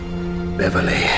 Beverly